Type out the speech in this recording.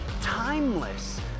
timeless